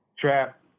Trap